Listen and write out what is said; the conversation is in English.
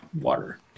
water